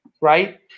right